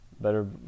better